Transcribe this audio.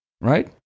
right